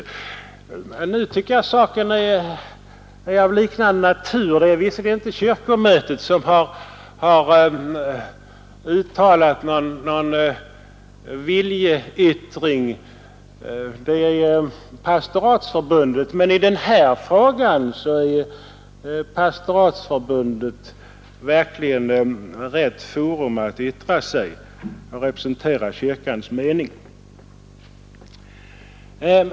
Jag tycker denna fråga är av liknande natur. Det är visserligen inte kyrkomötet som har avgivit någon viljeyttring, utan det är pastoratsförbundet, men i denna fråga är pastoratsförbundet verkligen rätt instans att yttra sig och representera kyrkans mening.